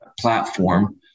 platform